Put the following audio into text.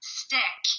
stick